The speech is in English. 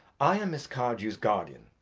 i am miss cardew's guardian,